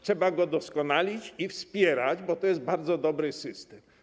Trzeba go doskonalić i wspierać, bo to jest bardzo dobry system.